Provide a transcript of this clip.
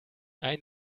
ein